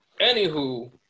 Anywho